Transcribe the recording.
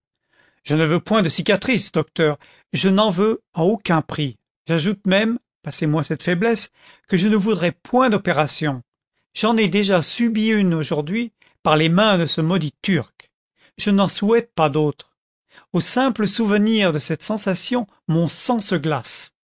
je ne veux point de cicatrice docteur je n'en veux à aucun prix j'ajoute même passez moi cette faiblesse que je ne voudrais point d'opération j'en ai déjà subi une aujourd'hui par les mains de ce maudit turc je n'en souhaite pas d'autre au simple souvenir de cette sensation mon sang se glace